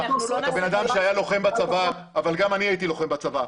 אתה בן אדם שהיה לוחם בצבא אבל גם אני הייתי לוחם בצבא.